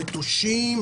מטושים,